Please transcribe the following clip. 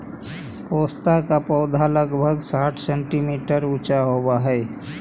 पोस्ता का पौधा लगभग साठ सेंटीमीटर ऊंचा होवअ हई